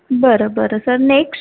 बरं बरं sir next